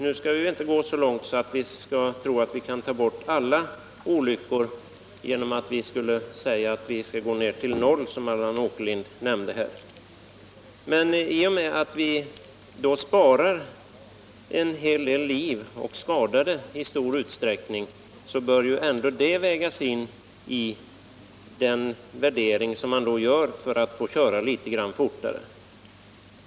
Nu skall vi väl inte gå så långt som att tro att vi kan få bort alla olyckor genom att, som Allan Åkerlind nämnde, sänka hastighetsgränsen till noll. Men att vi sparar en hel del liv och minskar antalet skadade bör vägas in när man tar ställning till frågan om man skall få köra litet fortare.